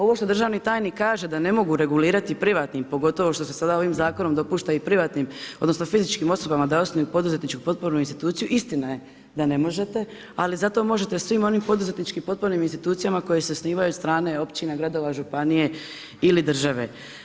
Ovo što državni tajnik kaže da ne mogu regulirati privatni, pogotovo što se sad ovim zakonom dopušta i privatnim odnosno fizičkim osobama da osnuju poduzetničku potpornu instituciju, istina je da ne možete, ali zato možete svim onim poduzetničkim ... institucijama koje se osnivaju od strane općina, gradova, županija ili države.